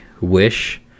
wish